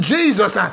Jesus